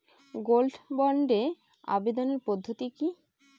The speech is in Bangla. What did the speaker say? গোল্ড বন্ডে আবেদনের পদ্ধতিটি কি?